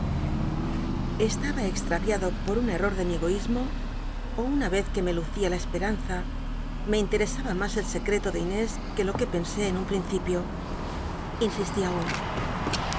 estaba cxtrayiaclo por un crr or de mi egoísmo ó un a yez qúe me lucia la esperanza me intel'esaba mas el secreto de inés que lo c uc pensé en llll principio insistí aun